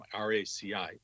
RACI